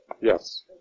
Yes